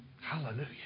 Hallelujah